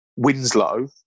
Winslow